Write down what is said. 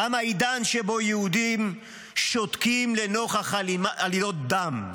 תם העידן שבו יהודים שותקים לנוכח עלילות דם.